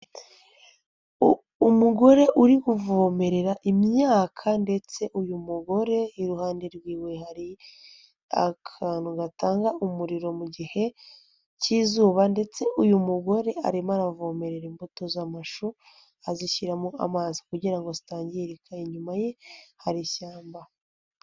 Umugore uri kuvomerera imyaka ndetse uyu mugore iruhande rwiwe hari akantu gatanga umuriro mu gihe k'izuba ndetse uyu mugore arimo aravomerera imbuto z'amashu azishyiramo amazi kugira ngo zitangirika, inyuma ye hari ishyamba.